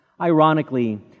Ironically